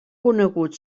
conegut